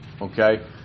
Okay